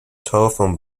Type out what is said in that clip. telephone